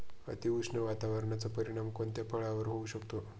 अतिउष्ण वातावरणाचा परिणाम कोणत्या फळावर होऊ शकतो?